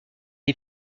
est